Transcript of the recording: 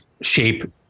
shape